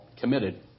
committed